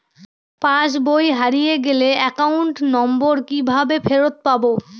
পাসবই হারিয়ে গেলে account number কিভাবে ফেরত পাব?